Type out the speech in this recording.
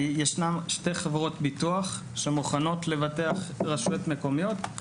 ישנן שתי חברות ביטוח שמוכנות לבטח רשויות מקומיות.